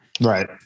Right